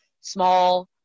Small